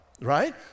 right